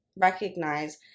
recognize